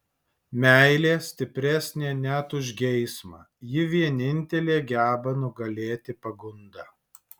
meilė stipresnė net už geismą ji vienintelė geba nugalėti pagundą